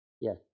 Yes